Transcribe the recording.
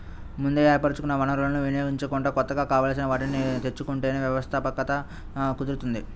ముందే ఏర్పరచుకున్న వనరులను వినియోగించుకుంటూ కొత్తగా కావాల్సిన వాటిని తెచ్చుకుంటేనే వ్యవస్థాపకత కుదురుతుంది